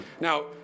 Now